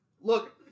Look